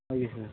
okay sir